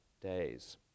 days